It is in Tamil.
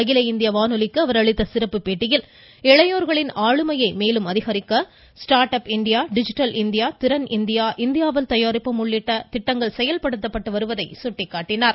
அகில இந்திய வானொலிக்கு அவர் அளித்த சிறப்பு பேட்டியில் இளையோ்களின் ஆளுமையை மேலும் அதிகரிக்க இந்த start up India digital India திறன் இந்தியா இந்தியாவில் தயாரிப்போம் உள்ளிட்ட திட்டங்கள் செயல்படுத்தப்பட்டு வருவதை சுட்டிக்காட்டினார்